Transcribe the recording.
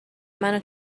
مونو